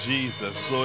Jesus